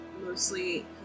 mostly